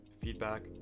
feedback